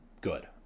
good